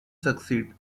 succeed